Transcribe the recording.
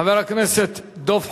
חבר הכנסת דב חנין,